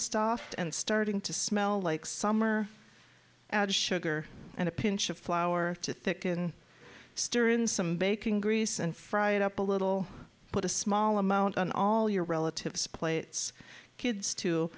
stopped and starting to smell like summer add sugar and a pinch of flour to thicken stir in some bacon grease and fry it up a little put a small amount on all your relatives plates kids too